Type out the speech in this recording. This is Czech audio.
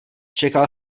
čekal